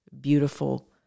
beautiful